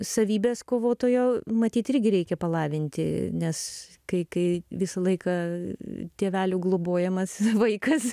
savybes kovotojo matyt irgi reikia palavinti nes kai kai visą laiką tėvelių globojamas vaikas